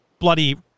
bloody